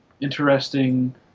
interesting